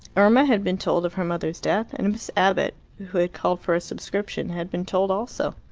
irma had been told of her mother's death, and miss abbott, who had called for a subscription, had been told also.